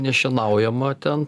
nešienaujama ten